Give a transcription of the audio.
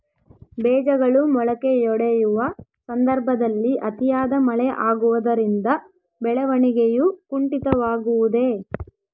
ಬೇಜಗಳು ಮೊಳಕೆಯೊಡೆಯುವ ಸಂದರ್ಭದಲ್ಲಿ ಅತಿಯಾದ ಮಳೆ ಆಗುವುದರಿಂದ ಬೆಳವಣಿಗೆಯು ಕುಂಠಿತವಾಗುವುದೆ?